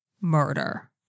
murder